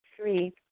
Three